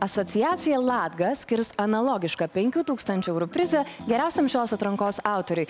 asociacijai latga skirs analogišką penkių tūkstančių eurų prizą geriausiam šios atrankos autoriui